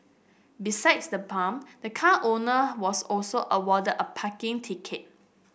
besides the bump the car owner was also awarded a parking ticket